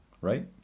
right